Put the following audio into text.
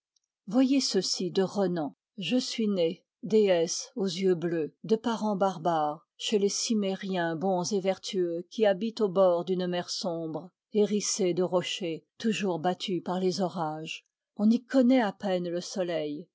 voyez ceci de renan je suis né déesse aux yeux bleus de parents barbares chez les cimmériens bons et vertueux qui habitent au bord d'une mer sombre hérissée de rochers toujours battue par les orages on y connaît à peine le soleil